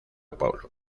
paulo